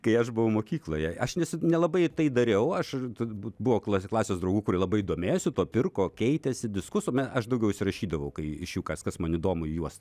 kai aš buvau mokykloje aš nesu nelabai tai dariau aš turbūt buvo kla klasės draugų kurie labai domėjosi tuo pirko keitėsi diskus o me aš daugiau įsirašydavau kai iš jų kai kas man įdomu į juostą